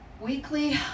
Weekly